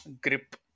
grip